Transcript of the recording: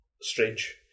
strange